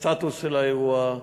סטטוס של האירוע.